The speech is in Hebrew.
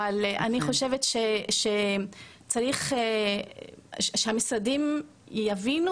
אבל אני חושבת שצריך שהמשרדים יבינו